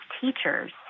teachers